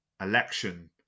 election